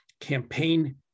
campaign